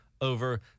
over